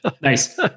Nice